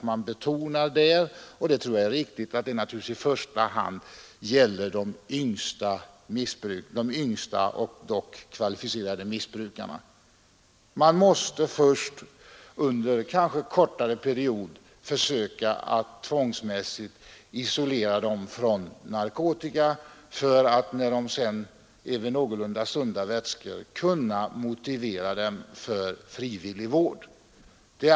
Man betonar där, och det tror jag är viktigt, att det i första hand gäller de yngsta men kvalificerade missbrukarna. Dem måste man under en, kanske kortare, period försöka att tvångsmässigt isolera från narkotikan. Sedan, när de har blivit vid någorlunda sunda vätskor, kan man motivera dem för frivillig vård.